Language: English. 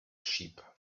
sheep